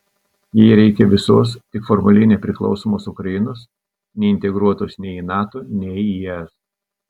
jai reikia visos tik formaliai nepriklausomos ukrainos neintegruotos nei į nato nei į es